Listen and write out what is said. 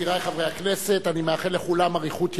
יקירי חברי הכנסת, אני מאחל לכולם אריכות ימים,